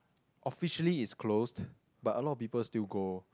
officially is closed but a lot of people still go